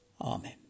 Amen